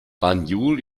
banjul